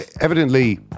Evidently